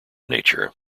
nature